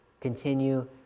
continue